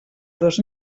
dos